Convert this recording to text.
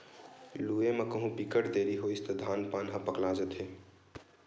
लूए म कहु बिकट देरी होइस त धान पान ह पकला जाथे